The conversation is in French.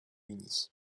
uni